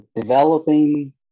Developing